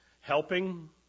helping